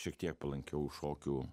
šiek tiek palankiau šokių